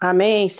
Amém